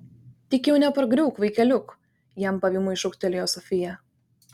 tik jau nepargriūk vaikeliuk jam pavymui šūktelėjo sofija